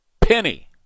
penny